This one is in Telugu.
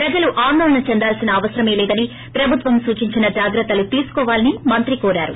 ప్రజలు ఆందోళన చెందాల్సిన అవసరం లేదని ప్రభుత్వం సూచించిన జాగ్రత్తలు తీసుకోవాలని మంత్రి కోరారు